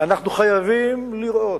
אנחנו חייבים לראות,